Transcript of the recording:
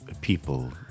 people